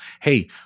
hey